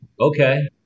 Okay